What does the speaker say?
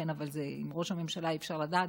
אבל עם ראש הממשלה אי-אפשר לדעת.